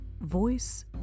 voice